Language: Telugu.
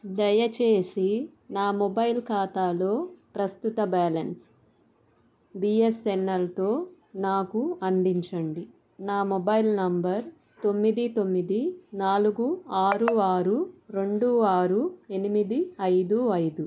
దయచేసి నా మొబైల్ ఖాతాలో ప్రస్తుత balance B S N L తో నాకు అందించండి నా మొబైల్ నంబర్ తొమ్మిది తొమ్మిది నాలుగు ఆరు అరు రెండు ఆరు ఎనిమిది ఐదు ఐదు